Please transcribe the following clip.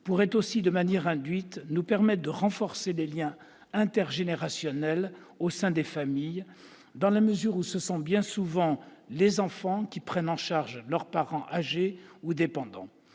pourrait aussi, de manière induite, nous permettre de renforcer les liens intergénérationnels au sein des familles, dans la mesure où ce sont bien souvent les enfants qui prennent en charge leurs parents âgés ou dépendants.